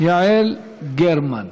יעל גרמן.